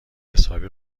حسابی